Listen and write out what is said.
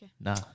No